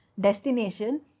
destination